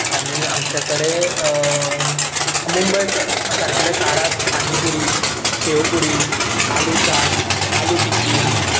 आनी आमच्या कडेन मुंबय सारकिल्ल्या शारांत पानी पुरी शेव पुरी आलू चाट आलू टिक्की